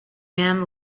man